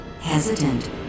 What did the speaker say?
hesitant